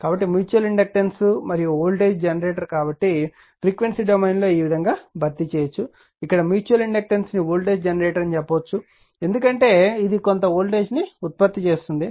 కాబట్టి mutual inductance మరియు voltage generator కాబట్టి ఫ్రీక్వెన్సీ డొమైన్లో ఈ విధంగా భర్తీ చేయవచ్చు ఇక్కడ మ్యూచువల్ ఇండక్టెన్స్ ని వోల్టేజ్ జెనరేటర్ అని చెప్పవచ్చు ఎందుకంటే ఇది కొంత వోల్టేజ్ను ఉత్పత్తి చేస్తుంది